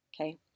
Okay